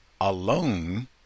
alone